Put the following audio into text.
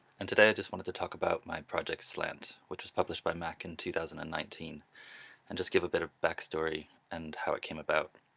and today i just wanted to talk about my project slant which was published by mack in two thousand and nineteen and just give a bit of backstory and how it came about.